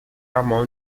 allemaal